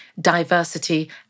diversity